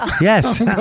Yes